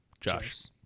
Josh